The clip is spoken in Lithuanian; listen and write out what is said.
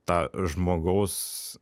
tą žmogaus